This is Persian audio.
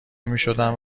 میشدم